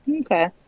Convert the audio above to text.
Okay